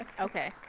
Okay